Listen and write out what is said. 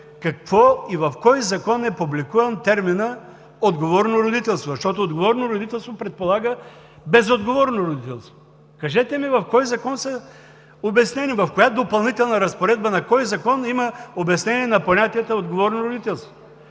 какво и в кой закон е публикуван терминът „отговорно родителство“, защото отговорното родителство предполага безотговорно родителство? Кажете ми в кой закон, в коя допълнителна разпоредба, на кой закон има обяснение на понятието „отговорно родителство“?